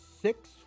Six